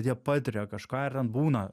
jie patiria kažką ir ten būna